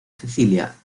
cecilia